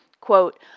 Quote